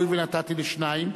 הואיל ונתתי לשניים,